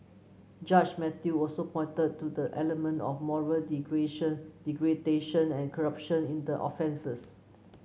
Judge Mathew also pointed to the element of moral degradation and corruption in the offences